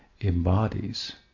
embodies